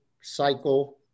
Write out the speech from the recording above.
cycle